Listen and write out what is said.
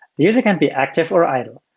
the user can be active or idle.